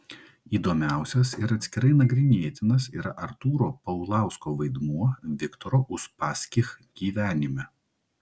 įdomiausias ir atskirai nagrinėtinas yra artūro paulausko vaidmuo viktoro uspaskich gyvenime